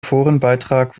forenbeitrag